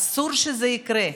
אסור שזה יקרה.